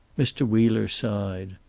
mr. wheeler sighed.